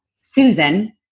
Susan